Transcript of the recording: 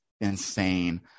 insane